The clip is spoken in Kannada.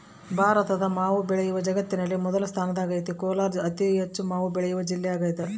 ಭಾರತದ ಮಾವು ಬೆಳೆಯು ಜಗತ್ತಿನಲ್ಲಿ ಮೊದಲ ಸ್ಥಾನದಾಗೈತೆ ಕೋಲಾರ ಅತಿಹೆಚ್ಚು ಮಾವು ಬೆಳೆವ ಜಿಲ್ಲೆಯಾಗದ